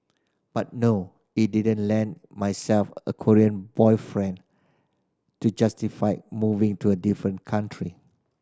but no it didn't land myself a Korean boyfriend to justify moving to a different country